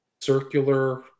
circular